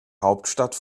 hauptstadt